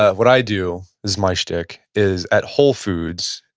what i do, is my shtick, is at whole foods,